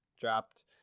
Dropped